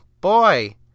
Boy